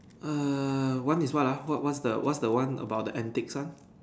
err one is what ah what what's the what's the one about the antics one